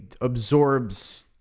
absorbs